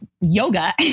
yoga